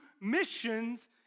missions